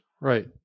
right